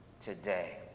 today